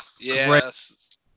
Yes